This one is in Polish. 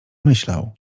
myślał